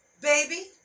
baby